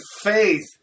faith